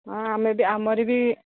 ହଁ ଆମେ ବି ଆମରି ବି